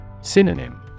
Synonym